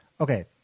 Okay